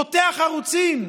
זה פותח ערוצים.